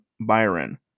Byron